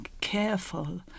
careful